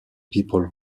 people